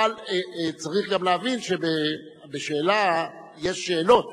אבל צריך גם להבין שבשאלה יש שאלות,